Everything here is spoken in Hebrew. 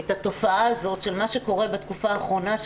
את התופעה הזאת של מה שקורה בתקופה האחרונה,